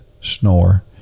snore